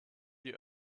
die